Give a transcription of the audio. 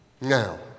now